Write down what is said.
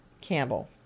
Campbell